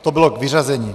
To bylo k vyřazení.